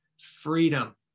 freedom